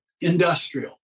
industrial